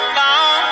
long